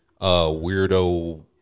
weirdo